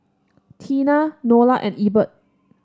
Teena Nola and Ebert